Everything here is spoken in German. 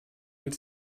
mit